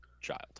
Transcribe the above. child